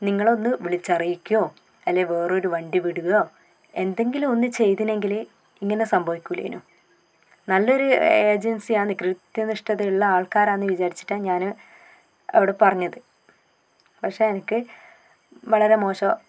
നിങ്ങൾ ഒന്ന് വിളിച്ച് അറിയിക്കുകയോ അല്ലേൽ വേറൊരു വണ്ടി വിടുകയോ എന്തെങ്കിലും ഒന്ന് ചെയ്തിരുന്നെങ്കിൽ ഇങ്ങനെ സംഭവിക്കൂലേനു നല്ലൊരു ഏജൻസിയാന്ന് കൃത്യനിഷ്ഠത ഉള്ള ആൾക്കാരാണെന്ന് വിചാരിച്ചിട്ടാണ് ഞാൻ അവിടെ പറഞ്ഞത് പക്ഷേ എനക്ക് വളരെ മോശം